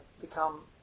become